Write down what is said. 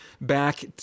back